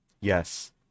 Yes